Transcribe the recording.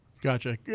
Gotcha